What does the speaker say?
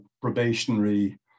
probationary